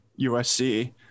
USC